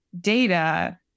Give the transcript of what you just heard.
data